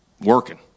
working